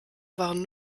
waren